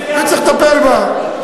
וצריך לטפל בה,